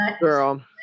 Girl